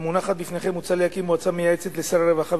המונחת בפניכם מוצע להקים מועצה מייעצת לשר הרווחה